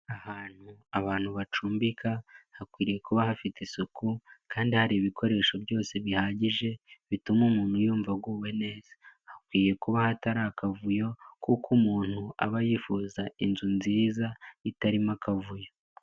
Ahantu abantu bacumbika, hakwiriye kuba hafite isuku kandi hari ibikoresho byose bihagije bituma umuntu yumva aguwe neza. Hakwiye kuba hatari akavuyo kuko umuntu aba yifuza inzu nziza itarimo akavuyo.